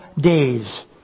days